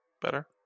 better